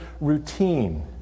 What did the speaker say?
routine